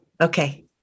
Okay